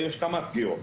יש כמה פגיעות,